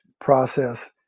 process